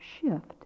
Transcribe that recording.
shift